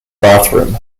bathroom